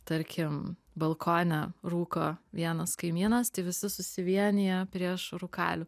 tarkim balkone rūko vienas kaimynas tai visi susivienija prieš rūkalių